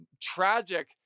tragic